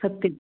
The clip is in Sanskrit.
सत्यम्